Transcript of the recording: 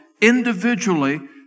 individually